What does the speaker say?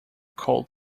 cold